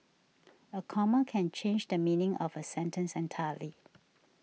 a comma can change the meaning of a sentence entirely